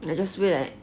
I just feel that